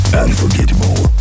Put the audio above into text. unforgettable